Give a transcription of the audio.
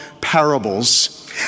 parables